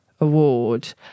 award